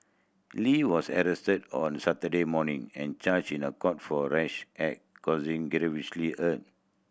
Lee was arrested on Saturday morning and charged in a court for rash act causing earn